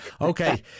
okay